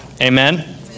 Amen